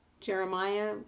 Jeremiah